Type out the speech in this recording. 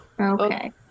Okay